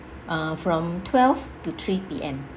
uh from twelve to three P_M